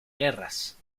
guerras